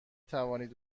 توانید